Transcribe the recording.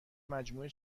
مجموعه